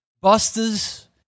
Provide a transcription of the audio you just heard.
busters